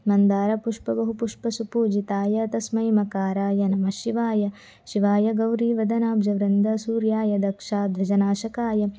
मन्दारपुष्पबहुपुष्पसुपूजिताय तस्मै मकाराय नमःशिवाय शिवायगौरीवदना ब्जव्रन्दसूर्यायदक्षाध्वजनाशकाय